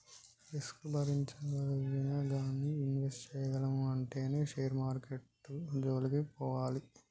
risk భరించగలిగినా గానీ invest చేయగలము అంటేనే షేర్ మార్కెట్టు జోలికి పోవాలి